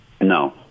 No